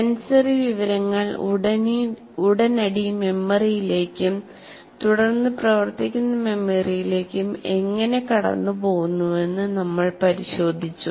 sensory വിവരങ്ങൾ ഉടനടി മെമ്മറിയിലേക്കും തുടർന്ന് പ്രവർത്തിക്കുന്ന മെമ്മറിയിലേക്കും എങ്ങനെ കടന്നുപോകുന്നുവെന്ന് നമ്മൾ പരിശോധിച്ചു